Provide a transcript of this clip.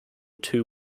two